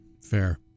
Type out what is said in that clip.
Fair